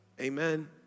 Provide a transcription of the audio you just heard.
Amen